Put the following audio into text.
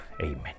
Amen